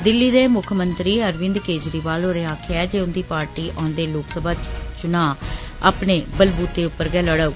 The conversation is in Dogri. दिल्ली दे मुक्खमंत्री अरविंद केजरीवाल होरें आक्खेआ ऐ जे उन्दी पॉर्टी औन्दे लोकसभा चुनां अपने बलबूते पर गै लड़ौग